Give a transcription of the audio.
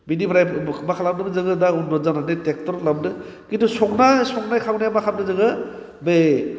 बिनिफ्राय मा खालामदोंमोन जोंङो दा उन्नद जानानै ट्रेकटर लाबोदों खिनथु संना संनाय खावनाया मा खालामदों जोङो बे